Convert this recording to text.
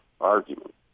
argument